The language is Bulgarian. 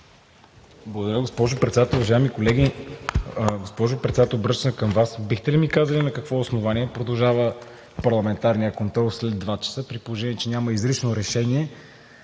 Благодаря, госпожо Председател. Уважаеми колеги! Госпожо Председател, обръщам се към Вас – бихте ли ми казали на какво основание продължава парламентарният контрол след 14,00 ч., при положение че няма изрично решение